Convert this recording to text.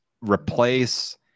replace